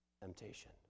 temptation